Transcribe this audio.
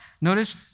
Notice